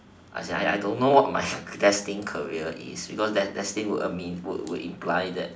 as in I I don't know what my destine career is because des~ destine would mean would imply that